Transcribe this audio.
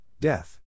death